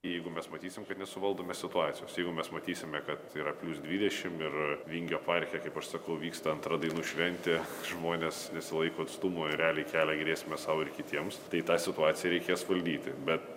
jeigu mes matysim kad nesuvaldome situacijos jeigu mes matysime kad yra plius dvidešimt ir vingio parke kaip aš sakau vyksta antra dainų šventė žmonės nesilaiko atstumo ir realiai kelia grėsmę sau ir kitiems tai tą situaciją reikės valdyti bet